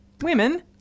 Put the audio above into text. women